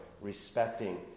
respecting